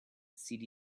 city